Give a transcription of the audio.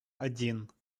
один